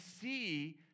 see